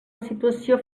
situació